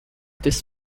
this